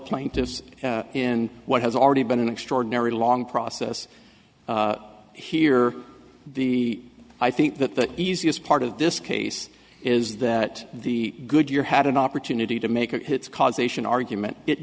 plaintiffs in what has already been an extraordinary long process here the i think that the easiest part of this case is that the good you're had an opportunity to make a it's causation argument it